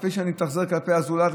אפילו שאני מתאכזר כלפי הזולת,